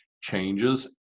changes